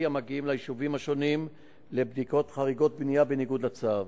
המגיעים ליישובים השונים לבדיקת חריגות בנייה בניגוד לצו.